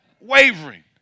wavering